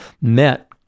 met